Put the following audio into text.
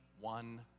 one